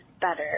better